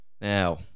Now